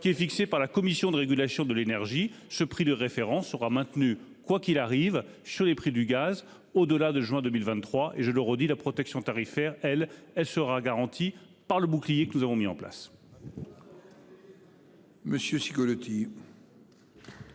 fixé par la Commission de régulation de l'énergie. Ce prix de référence sera maintenu, quoi qu'il arrive sur les prix du gaz au-delà de juin 2023. Je le redis : la protection tarifaire sera garantie par le bouclier que nous avons mis en place.